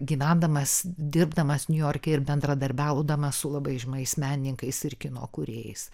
gyvendamas dirbdamas niujorke ir bendradarbiaudamas su labai žymiais menininkais ir kino kūrėjais